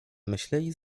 myśleli